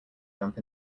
jump